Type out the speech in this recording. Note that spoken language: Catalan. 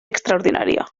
extraordinària